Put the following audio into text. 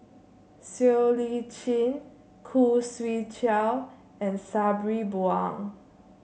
Siow Lee Chin Khoo Swee Chiow and Sabri Buang